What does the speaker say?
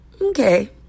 okay